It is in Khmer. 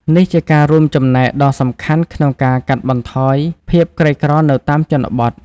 នេះជាការរួមចំណែកដ៏សំខាន់ក្នុងការកាត់បន្ថយភាពក្រីក្រនៅតាមជនបទ។